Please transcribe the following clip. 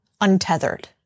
untethered